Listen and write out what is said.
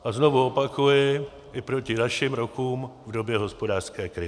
A znovu opakuji, i proti našim rokům v době hospodářské krize.